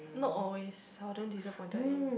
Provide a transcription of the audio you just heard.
not always I was damn disappointed at you